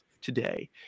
today